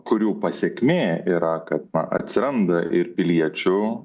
kurių pasekmė yra kad na atsiranda ir piliečių